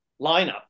lineup